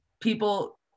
people